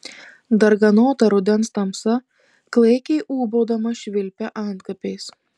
darganota rudens tamsa klaikiai ūbaudama švilpia antkapiais